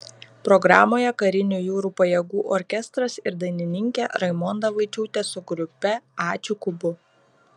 programoje karinių jūrų pajėgų orkestras ir dainininkė raimonda vaičiūtė su grupe ačiū kubu